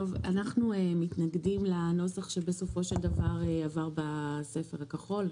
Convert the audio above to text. אנחנו מתנגדים לנוסח שעבר בסופו של דבר בספר הכחול.